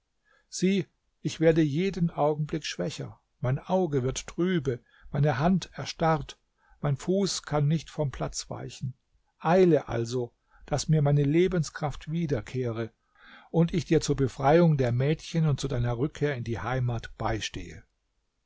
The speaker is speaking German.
sieh ich werde jeden augenblick schwächer mein auge wird trübe meine hand erstarrt mein fuß kann nicht vom platz weichen eile also daß mir meine lebenskraft wiederkehre und ich dir zur befreiung der mädchen und zu deiner rückkehr in die heimat beistehe